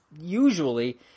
usually